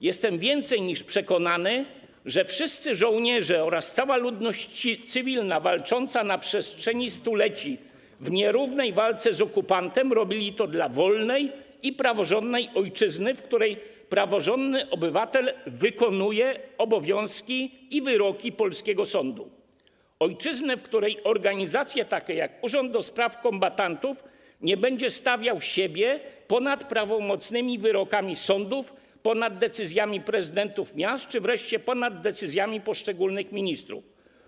Jestem więcej niż przekonany, że wszyscy żołnierze oraz cała ludność cywilna walczący na przestrzeni stuleci w nierównej walce z okupantem robili to dla wolnej i praworządnej ojczyzny, w której praworządny obywatel wykonuje obowiązki i wyroki polskiego sądu, ojczyzny, w której organizacje, takie jak urząd do spraw kombatantów, nie będą stawiały siebie ponad prawomocnymi wyrokami sądów, ponad decyzjami prezydentów miast czy wreszcie ponad decyzjami poszczególnych ministrów.